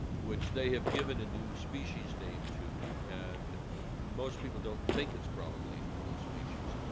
which they have given a new species name to. and most people don't think it's probably a new species.